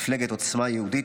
מפלגת עוצמה יהודית,